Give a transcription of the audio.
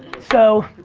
so,